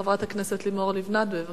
חברת הכנסת לימור לבנת, בבקשה.